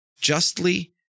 justly